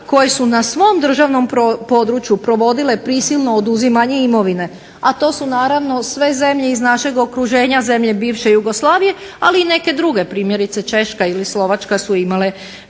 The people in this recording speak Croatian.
koje su na svom državnom području provodile prisilno oduzimanje imovine, a to su naravno sve zemlje iz našeg okruženja, zemlje bivše Jugoslavije, ali i neke druge. Primjerice, Češka ili Slovačka su imale,